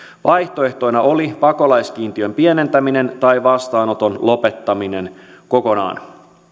vaihtoehtoina oli pakolaiskiintiön pienentäminen tai vastaanoton lopettaminen kokonaan